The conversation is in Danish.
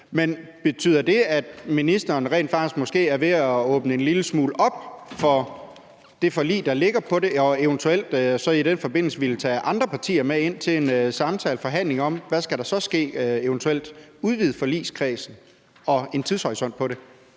Men betyder det, at ministeren måske er ved at åbne en lille smule op for det forlig, der ligger om det, og eventuelt så i den forbindelse vil tage andre partier med ind til en samtale og en forhandling om, hvad der så eventuelt skal ske? Altså, vil ministeren